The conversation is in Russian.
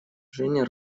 женя